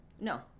No